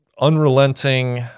unrelenting